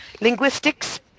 linguistics